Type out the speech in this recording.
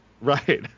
Right